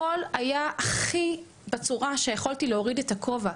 הכול היה הכי בצורה שיכולתי להוריד את הכובע.